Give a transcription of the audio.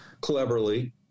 cleverly